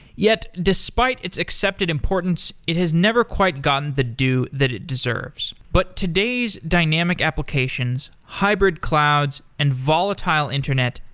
yet, despite its accepted importance, it has never quite gotten the due that it deserves. but today's dynamic applications, hybrid clouds and volatile internet,